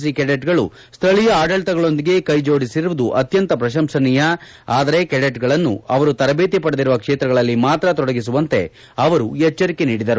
C ಕೆಡೆಟ್ಗಳು ಸ್ದಳೀಯ ಆಡಳಿತಗಳೊಂದಿಗೆ ಕೈಜೋಡಿಸಿರುವುದು ಅತ್ಯಂತ ಪ್ರಶಂಸನೀಯ ಆದರೆ ಕೆಡೆಟ್ ಗಳನ್ನು ಅವರು ತರಬೇತಿ ಪಡೆದಿರುವ ಕ್ಷೇತ್ರಗಳಲ್ಲಿ ಮಾತ್ರ ತೊಡಗಿಸುವಂತೆ ಅವರು ಎಚ್ಚರಿಕೆ ನೀಡಿದರು